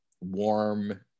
warm